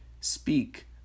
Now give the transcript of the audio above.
Speak